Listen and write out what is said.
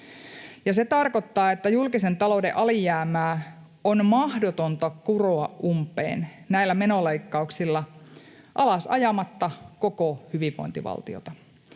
Se tarkoittaa, että julkisen talouden alijäämää on mahdotonta kuroa umpeen näillä menoleikkauksilla ajamatta alas koko hyvinvointivaltiota.